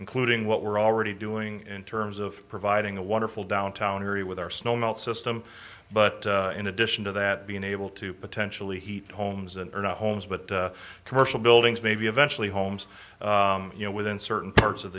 including what we're already doing in terms of providing a wonderful downtown area with our snow melt system but in addition to that being able to potentially heat homes that are not homes but commercial buildings maybe eventually homes you know within certain parts of